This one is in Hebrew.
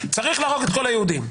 סברי, צריך להרוג את כל היהודים.